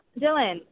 Dylan